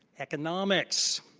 economics,